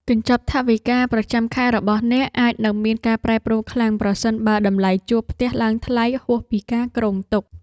កញ្ចប់ថវិកាប្រចាំខែរបស់អ្នកអាចនឹងមានការប្រែប្រួលខ្លាំងប្រសិនបើតម្លៃជួលផ្ទះឡើងថ្លៃហួសពីការគ្រោងទុក។